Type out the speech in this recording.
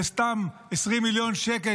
וסתם 20 מיליון שקל,